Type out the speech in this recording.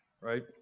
right